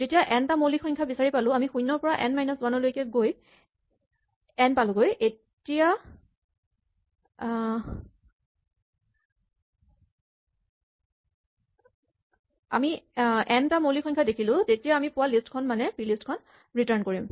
যেতিয়া এন টা মৌলিক সংখ্যা বিচাৰি পালো আমি শূণ্য ৰ পৰা এন মাইনাচ ৱান লৈ গৈ এন পালোগৈ আমি এন টা মৌলিক সংখ্যা দেখিলো তেতিয়া আমি পোৱা লিষ্ট খন মানে পিলিষ্ট খন ৰিটাৰ্ন কৰিম